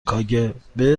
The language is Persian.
کاگب